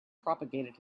propagated